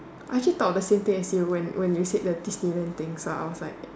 I actually thought the same thing as you when when you said the teach students thing ah I was like